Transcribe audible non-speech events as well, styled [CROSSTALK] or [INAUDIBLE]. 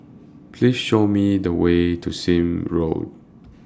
[NOISE] Please Show Me The Way to Sime Road